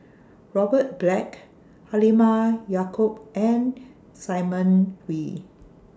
Robert Black Halimah Yacob and Simon Wee